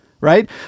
right